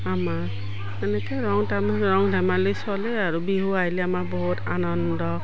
আমাৰ এনেকে ৰং ৰং ধেমালি চলে আৰু বিহু আহিলে আমাৰ বহুত আনন্দ